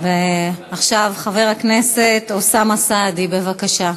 חבר הכנסת אוסאמה סעדי, בבקשה.